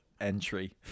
entry